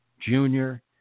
junior